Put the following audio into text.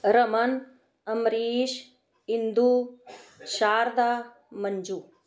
Raman Amrish Indu Sharda Manju